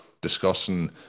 discussing